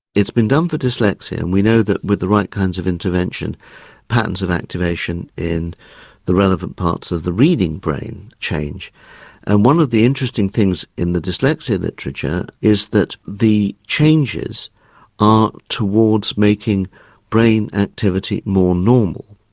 it's been done for dyslexia, and we know that with the right kinds of intervention patterns of activation in the relevant parts of the reading brain change. and one of the interesting things in the dyslexia literature is that the changes are towards making brain activity more normal.